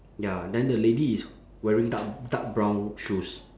ya then the lady is wearing dark dark brown shoes